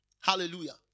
hallelujah